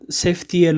safety